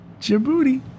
Djibouti